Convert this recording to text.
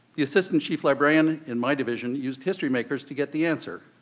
the assistant chief librarian in my division used historymakers to get the answer.